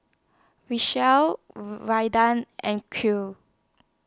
and